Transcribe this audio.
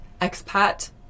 expat